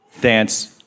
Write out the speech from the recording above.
dance